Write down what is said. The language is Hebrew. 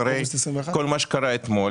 אחרי כל מה שקרה אתמול,